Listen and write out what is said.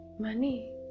money